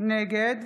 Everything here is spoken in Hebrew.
נגד